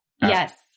Yes